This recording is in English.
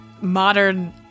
modern